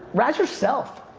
razz yourself.